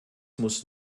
muss